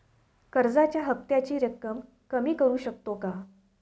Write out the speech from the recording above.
कर्जाच्या हफ्त्याची रक्कम कमी करू शकतो का?